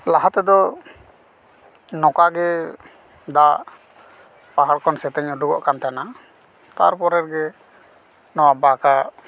ᱞᱟᱦᱟ ᱛᱮᱫᱚ ᱱᱚᱠᱟᱜᱮ ᱫᱟᱜ ᱯᱟᱦᱟᱲ ᱠᱷᱚᱱ ᱥᱮᱛᱮᱧ ᱚᱰᱚᱠᱚᱜ ᱠᱟᱱ ᱛᱟᱦᱮᱱᱟ ᱛᱟᱨᱯᱚᱨᱮ ᱨᱮ ᱜᱮ ᱱᱚᱣᱟ ᱵᱟᱜᱟᱜ